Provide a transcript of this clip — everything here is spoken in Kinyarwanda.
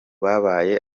babaye